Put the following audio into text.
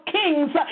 kings